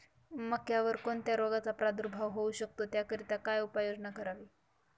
मक्यावर कोणत्या रोगाचा प्रादुर्भाव होऊ शकतो? त्याकरिता काय उपाययोजना करावी?